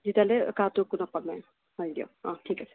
যেতিয়ালৈ কাঁহটো একো নকমে হয় দিয়ক ঠিক আছে